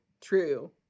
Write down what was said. true